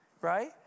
right